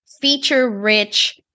feature-rich